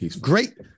Great